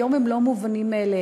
היום הם לא מובנים מאליהם.